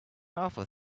office